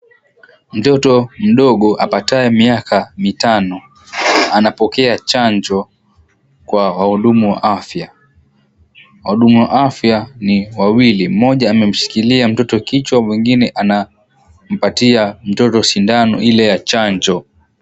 Mtoto mdogo apataye miaka mitano. Anapokea chanjo kwa wahudumu wa afya. Wahudumu wa afya ni wawili mmoja amemshikilia mtoto kichwa mwingine anampatia mtoto sindano ile ya chanjo.